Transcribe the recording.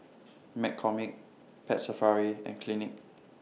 McCormick Pet Safari and Clinique